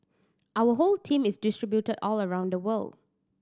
our whole team is distributed all around the world